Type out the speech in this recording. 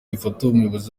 ifotoumuyobozi